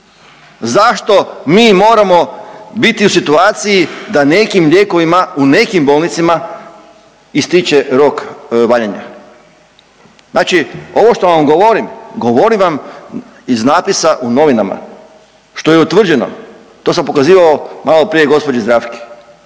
Zašto mi moramo biti u situaciji da nekim lijekovima u nekim bolnicama ističe rok valjanja? Znači ovo što vam govorim govorim vam iz napisa u novinama, što je utvrđeno, to sam pokazivao maloprije gđi. Zdravki